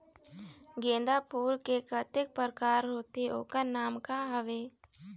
गेंदा फूल के कतेक प्रकार होथे ओकर नाम का हवे?